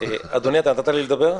אדוני היושב-ראש,